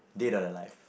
dead or alive